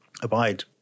abide